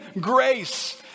grace